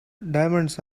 diamonds